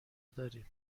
داریم